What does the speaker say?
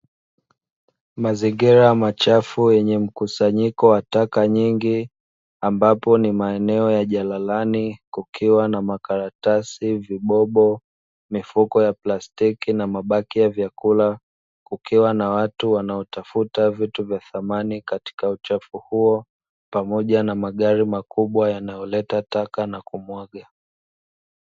Mazingira machafu yenye mkusanyiko wa taka nyingi ambapo ni maeneo ya jalalani kukiwa na makaratasi, vibobo ,mifuko ya plastiki na mabaki ya vyakula kukiwa na watu wanaotafuta vitu vya thamani katika uchafu huo pamoja na magari makubwa yanayoleta taka na kumwaga.